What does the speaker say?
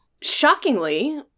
Shockingly